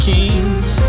Kings